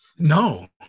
No